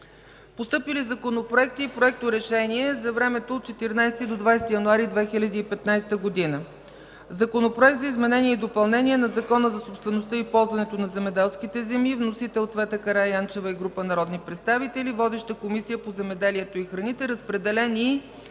Постъпили законопроекти и проекторешения за времето от 14 до 21 януари 2015 г.: Законопроект за изменение и допълнение на Закона за собствеността и ползването на земеделските земи. Вносители – Цвета Караянчева и група народни представители. Водеща е Комисията по земеделието и храните. Разпределен е